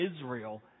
Israel